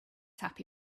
happy